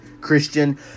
Christian